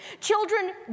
Children